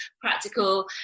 practical